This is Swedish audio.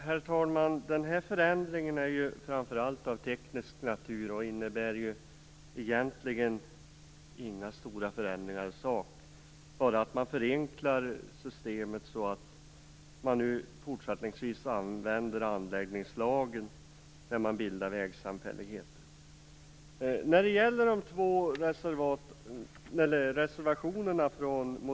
Herr talman! Den här förändringen är framför allt av teknisk natur. Den innebär egentligen inga stora förändringar i sak. Man förenklar bara systemet så att man fortsättningsvis använder anläggningslagen när man bildar vägsamfälligheter. Moderaterna har två reservationer.